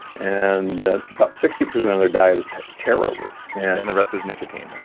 and about sixty percent of their diet is taro root and the rest is nicotine, right?